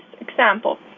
example